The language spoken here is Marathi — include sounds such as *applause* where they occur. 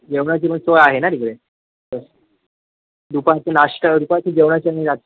जेवणाची पण सोय आहे ना तिकडे हो दुपारची नाश्ता *unintelligible* जेवणाची आणि रा